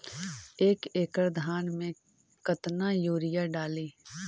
एक एकड़ धान मे कतना यूरिया डाली?